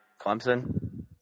Clemson